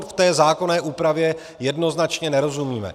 Té zákonné úpravě jednoznačně nerozumíme.